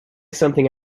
something